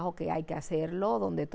ok i guess a lot of them that